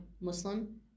Muslim